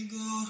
go